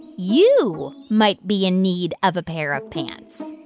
you might be in need of a pair of pants?